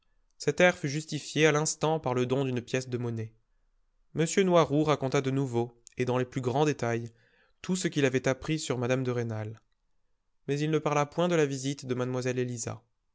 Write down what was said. cet air fut justifié à l'instant par le don d'une pièce de monnaie m noiroud raconta de nouveau et dans les plus grands détails tout ce qu'il avait appris sur mme de rênal mais il ne parla point de la visite de mlle élisa